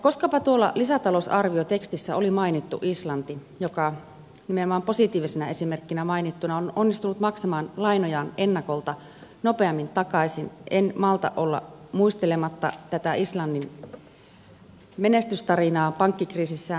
koskapa tuolla lisätalousarviotekstissä oli mainittu islanti joka nimenomaan positiivisena esimerkkinä mainittuna on onnistunut maksamaan lainojaan ennakolta nopeammin takaisin en malta olla muistelematta tätä islannin menestystarinaa pankkikriisissään